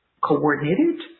coordinated